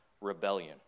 rebellion